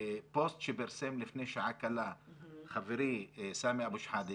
"בפוסט שפרסם לפני שעה קלה חברי, סאמי אבו שחאדה